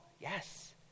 Yes